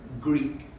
Greek